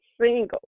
single